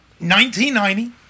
1990